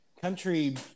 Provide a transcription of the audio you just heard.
country